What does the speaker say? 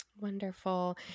wonderful